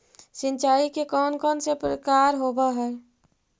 सिंचाई के कौन कौन से प्रकार होब्है?